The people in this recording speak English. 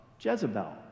Jezebel